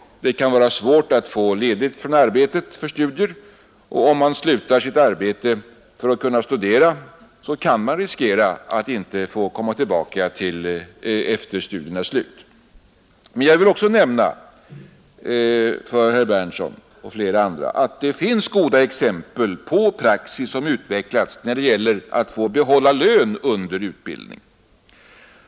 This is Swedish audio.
Det kan vara svårt att få ledigt från arbetet för studier, och om man slutar sitt arbete för att studera kan man riskera att inte få komma tillbaka efter studiernas slut. Men jag vill för herr Berndtson i Linköping och flera andra också nämna, att det finns goda exempel på praxis som utvecklats när det gäller att få behålla lön under utbildningen.